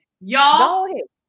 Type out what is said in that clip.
Y'all